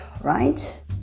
right